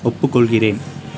ஒப்புக்கொள்கிறேன்